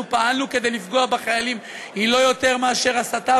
פעלנו כדי לפגוע בחיילים היא לא יותר מאשר הסתה,